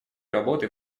работы